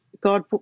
God